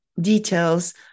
details